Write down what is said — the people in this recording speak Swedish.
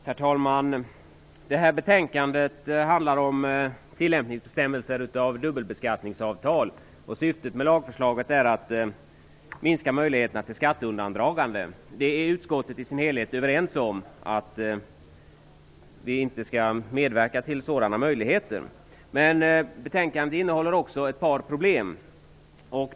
Herr talman! I det här betänkandet behandlas bestämmelser om tillämpning av dubbelbeskattningsavtal, och syftet med lagförslaget är att minska möjligheterna till skatteundandragande. Utskottet i sin helhet är överens om att vi inte skall medverka till sådana möjligheter. Betänkandet innehåller också ett par problem.